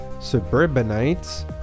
suburbanites